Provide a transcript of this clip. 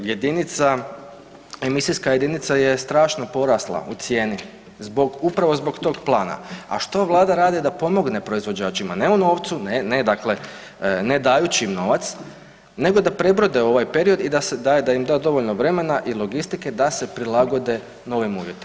Emisijska jedinica je strašno porasla u cijeni upravo zbog tog plana, a što Vlada radi da pomogne proizvođačima ne u novcu, ne dakle ne dajući im novac nego da prebrode ovaj period i da im da dovoljno vremena i logistike da se prilagode novim uvjetima?